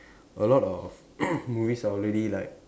a lot of movies are already like